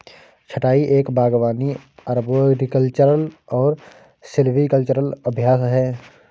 छंटाई एक बागवानी अरबोरिकल्चरल और सिल्वीकल्चरल अभ्यास है